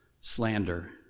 slander